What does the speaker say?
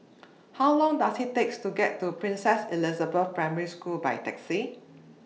How Long Does IT Take to get to Princess Elizabeth Primary School By Taxi